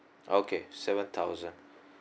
okay seven thousand